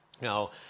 Now